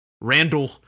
Randall